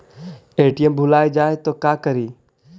ATM भुला जाये त का करि?